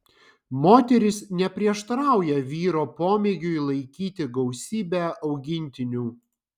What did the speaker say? moteris neprieštarauja vyro pomėgiui laikyti gausybę augintinių